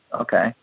Okay